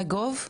לא יודעת?